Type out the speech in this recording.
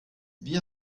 wir